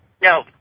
No